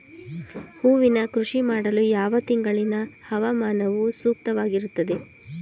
ಹೂವಿನ ಕೃಷಿ ಮಾಡಲು ಯಾವ ತಿಂಗಳಿನ ಹವಾಮಾನವು ಸೂಕ್ತವಾಗಿರುತ್ತದೆ?